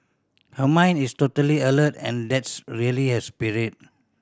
her mind is totally alert and that's really her spirit